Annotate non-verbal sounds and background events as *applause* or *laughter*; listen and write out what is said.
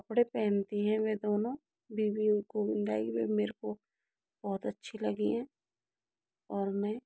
कपड़े पहनती हैं वे दोनों बीवियों को *unintelligible* मेरे को बहुत अच्छी लगी हैं और मैं